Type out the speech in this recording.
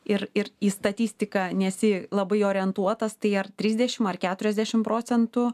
ir ir į statistiką nesi labai orientuotas tai ar trisdešim ar keturiasdešim procentų